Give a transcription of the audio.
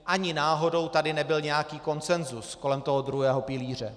Ani náhodou tady nebyl nějaký konsenzus kolem druhého pilíře.